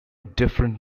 different